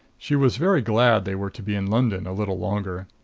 she was very glad they were to be in london a little longer.